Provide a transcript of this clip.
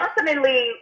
ultimately